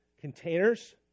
containers